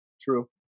True